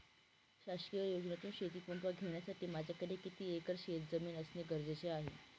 शासकीय योजनेतून शेतीपंप घेण्यासाठी माझ्याकडे किती एकर शेतजमीन असणे गरजेचे आहे?